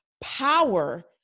power